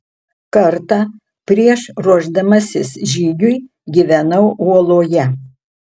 kartą prieš ruošdamasis žygiui gyvenau uoloje